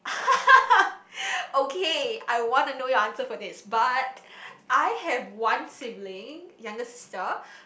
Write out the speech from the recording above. okay I want to know your answer for this but I have one sibling younger sister